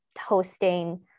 hosting